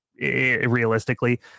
realistically